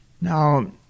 Now